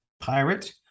pirate